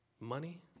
money